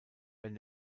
wenn